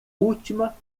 última